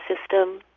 system